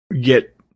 get